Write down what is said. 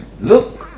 Look